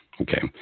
Okay